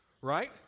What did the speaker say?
right